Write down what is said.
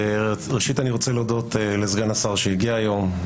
ראשית, אני רוצה להודות לסגן השר שהגיע לכאן היום.